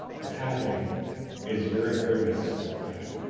what's happening is you're incurring assist call time,